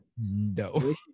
No